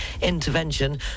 intervention